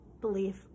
belief